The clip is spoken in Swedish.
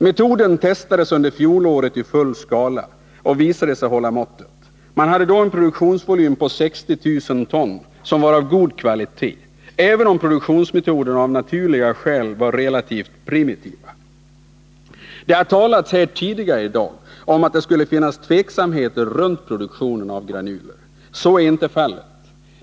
Metoden testades under fjolåret i full skala och visade sig hålla måttet. Man hade då en produktionsvolym på 60 000 ton. Produkten var av god kvalitet, även om produktionsmetoderna av naturliga skäl var relativt primitiva. Det har tidigare i dag talats om att det skulle finnas vissa tveksamheter beträffande produktionen av granuler. Så är inte fallet.